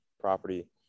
property